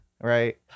right